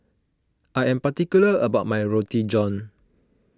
I am particular about my Roti John